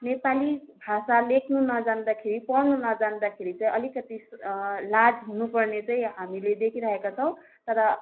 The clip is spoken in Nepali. नेपाली भाषा लेख्नु नजान्दाखेरि पढ्नु नजान्दाखेरि चाहिँ अलिकति लाज हुनु पर्ने चाहिँ हामीले देखिरहेका छौँ तर